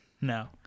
No